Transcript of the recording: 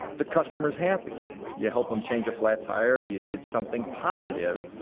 the customer is happy you help them change a flat tire. you did something positive,